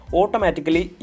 automatically